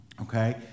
Okay